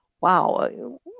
wow